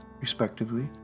respectively